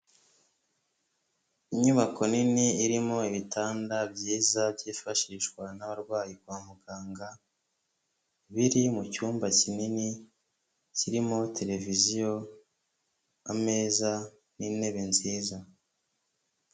Inyubako nini irimo ibitanda byiza byifashishwa n'abarwayi kwa muganga, biri mu cyumba kinini kirimo tereviziyo, ameza n'intebe nziza.